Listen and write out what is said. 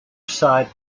side